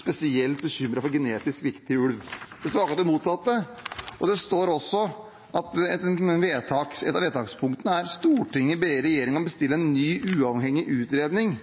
spesielt bekymret for genetisk viktig ulv. Det står akkurat det motsatte. Det står også i et av vedtakspunktene: «Stortinget ber regjeringen bestille en ny uavhengig utredning